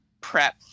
prep